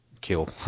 Kill